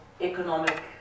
economic